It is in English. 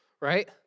right